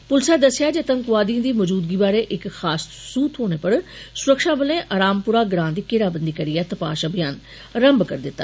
पुलसा दस्सेआ जे आतंकवादिएं दी मौजूदगी बारै इक खास सूह थ्होने पर सुरक्षाबलें अरामपोरा ग्रां दी घेराबंदी करियै तपाष अभियान रम्भ करी दिता